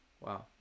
Wow